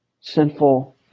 sinful